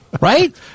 Right